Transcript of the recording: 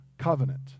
Covenant